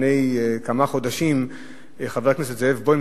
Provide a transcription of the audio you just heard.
לפני כמה חודשים חבר הכנסת זאב בוים,